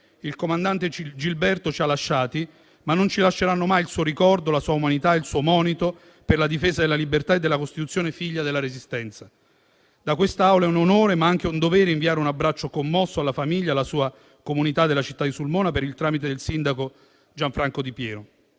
il comandante Gilberto Malvestuto ci ha lasciati, ma non ci lasceranno mai il suo ricordo, la sua umanità e il suo monito per la difesa della libertà e della Costituzione, figlia della Resistenza. Da quest'Aula è un onore, ma anche un dovere, inviare un abbraccio commosso alla famiglia, alla sua comunità della città di Sulmona, per il tramite del sindaco Gianfranco Di Piero.